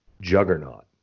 juggernaut